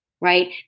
right